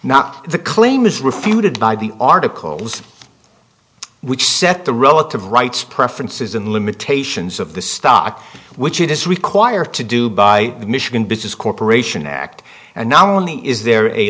not the claim is refuted by the articles which set the relative rights preferences and limitations of the stock which it is required to do by the michigan business corporation act and not only is there a